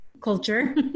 culture